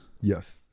Yes